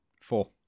Four